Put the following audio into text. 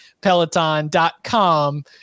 peloton.com